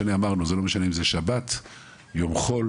אנחנו, כמו שאמרתי בפעם הקודמת, השקנו יחד